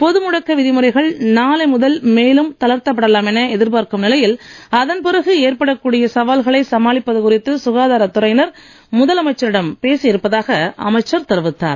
பொது முடக்க விதிமுறைகள் நாளை முதல் மேலும் தளர்த்தப்படலாம் என எதிர்பார்க்கும் நிலையில் அதன்பிறகு ஏற்படக் கூடிய சவால்களை சமாளிப்பது குறித்து குகாதாரத் துறையினர் முதலமைச்சரிடம் பேசியிருப்பதாக அமைச்சர் தெரிவித்தார்